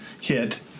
hit